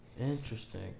Interesting